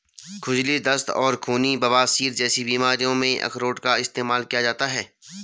खुजली, दस्त और खूनी बवासीर जैसी बीमारियों में अरारोट का इस्तेमाल किया जाता है